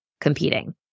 competing